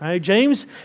James